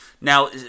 Now